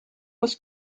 was